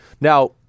Now